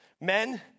Men